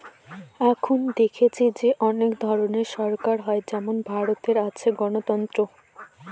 এখন দেখেছি যে অনেক ধরনের সরকার হয় যেমন ভারতে আছে গণতন্ত্র